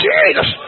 Jesus